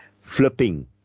flipping